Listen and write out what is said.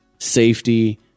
safety